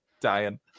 dying